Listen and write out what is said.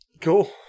Cool